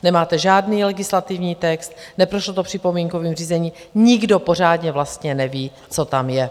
Nemáte žádný legislativní text, neprošlo to připomínkovým řízením, nikdo pořádně vlastně neví, co tam je.